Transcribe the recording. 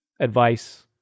advice